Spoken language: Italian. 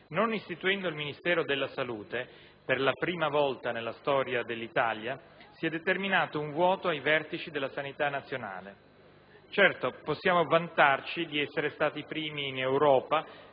Non istituendo il Ministero della salute, per la prima volta nella storia dell'Italia, si è determinato un vuoto ai vertici della sanità nazionale. Certo, possiamo vantarci di essere stati i primi in Europa